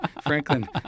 Franklin